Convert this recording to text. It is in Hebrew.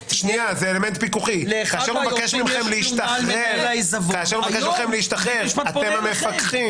כאשר הוא מבקש מכם להשתחרר אתם המפקחים.